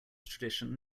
tradition